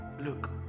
look